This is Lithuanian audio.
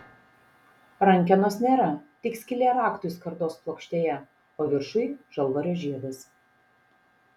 rankenos nėra tik skylė raktui skardos plokštėje o viršuj žalvario žiedas